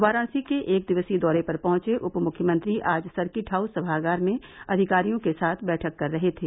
वाराणसी के एक दिवसीय दौरे पर पहुंचे उपमुख्यमंत्री आज सर्किट हाउस सभागार में अधिकारियों के साथ बैठक कर रहे थे